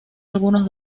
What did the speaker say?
algunos